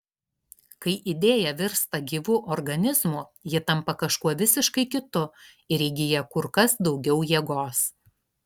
kai idėja virsta gyvu organizmu ji tampa kažkuo visiškai kitu ir įgyja kur kas daugiau jėgos